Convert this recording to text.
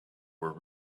were